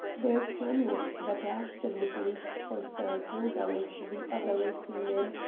their plan was that ashton would leave for saratoga with the other racing men,